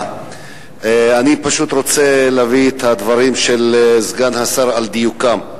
אני רוצה להעמיד את הדברים של סגן השר על דיוקם.